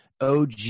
OG